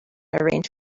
arrange